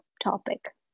topic